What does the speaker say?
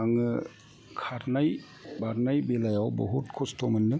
आङो खारनाय बारनाय बेलायाव बहुद खस्थ' मोनदों